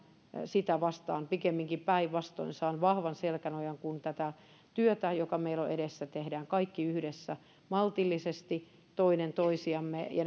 sitä vastaan pikemminkin päinvastoin saan vahvan selkänojan kun tätä työtä joka meillä on edessä teemme kaikki yhdessä maltillisesti toinen toisiamme ja